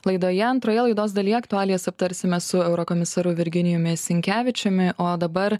laidoje antroje laidos dalyje aktualijas aptarsime su eurokomisaru virginijumi sinkevičiumi o dabar